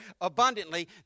abundantly